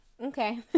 Okay